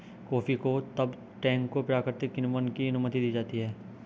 coffee को तब टैंकों प्राकृतिक किण्वन की अनुमति दी जाती है